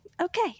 Okay